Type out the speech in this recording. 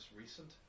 recent